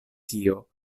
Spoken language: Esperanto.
tio